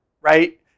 right